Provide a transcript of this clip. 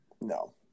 No